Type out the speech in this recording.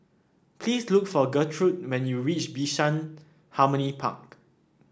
please look for Gertrude when you reach Bishan Harmony Park